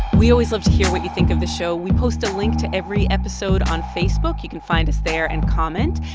we always love to hear what you think of the show. we post a link to every episode on facebook. you can find us there and comment.